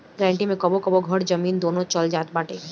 guarantee मे कबो कबो घर, जमीन, दूनो चल जात बाटे